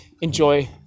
enjoy